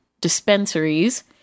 dispensaries